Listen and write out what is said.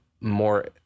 more